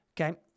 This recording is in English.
Okay